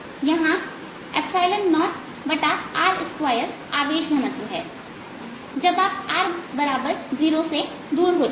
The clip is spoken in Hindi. यहां 0r2 यह आवेश घनत्व हैजब आप r0 से दूर होते हैं